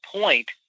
point